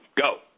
Go